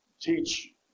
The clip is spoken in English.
teach